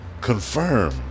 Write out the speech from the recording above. confirm